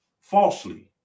falsely